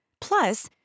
Plus